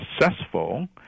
successful